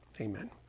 Amen